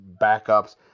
backups